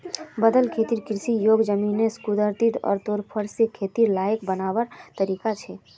बदल खेतिर कृषि योग्य ज़मीनोक कुदरती तौर पर फेर से खेतिर लायक बनवार तरीका छे